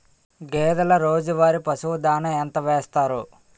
గేదెల రోజువారి పశువు దాణాఎంత వేస్తారు?